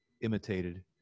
imitated